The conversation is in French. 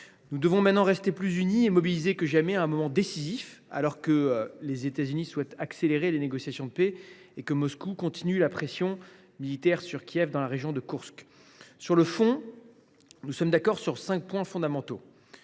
Nous devons désormais rester plus unis et mobilisés que jamais, en ce moment décisif où les États Unis souhaitent accélérer les négociations de paix et où Moscou accentue sa pression militaire sur les troupes de Kiev dans la région de Koursk. Sur le fond, nous sommes d’accord sur cinq points fondamentaux.